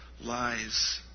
lies